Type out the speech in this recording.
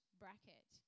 bracket